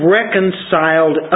reconciled